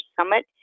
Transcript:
summit